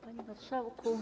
Panie Marszałku!